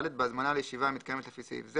בהזמנה לישיבה המתקיימת לפי סעיף זה